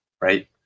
right